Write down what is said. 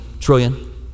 trillion